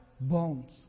bones